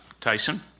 Tyson